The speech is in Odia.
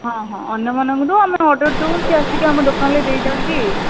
ହଁ ହଁ ଅନ୍ୟମାନଙ୍କଠୁ ଆମେ ଅର୍ଡ଼ର୍ ଦେଉ ସେ ଆସିକି ଆମ ଦୋକାନ୍ରେ ଦେଇଯାଆନ୍ତି